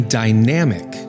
dynamic